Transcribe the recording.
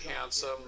handsome